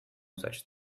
such